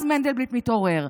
אז מנדלבליט מתעורר.